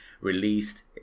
released